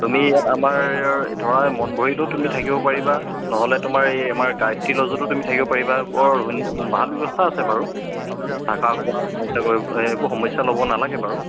তুমি ইয়াত আমাৰ ধৰা এই মনভৰিটো তুমি থাকিব পাৰিবা নহ'লে তোমাৰ এই আমাৰ গায়ত্ৰী লজতো তুমি থাকিব পাৰিবা বৰ ভাল ব্যৱস্থা আছে বাৰু থাকা খোৱা সমস্যা কৰিব এইবো সমস্যা ল'ব নালাগে বাৰু